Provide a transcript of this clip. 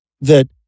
that-